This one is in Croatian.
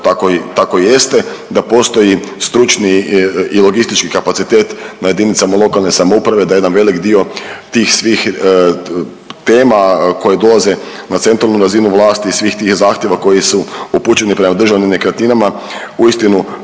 tako i jeste da postoji stručni i logistički kapacitet na jedinicama lokalne samouprave da jedan velik dio tih svih tema koje dolaze na centralnu razinu vlasti i svih tih zahtjeva koji su upućeni prema državnim nekretninama uistinu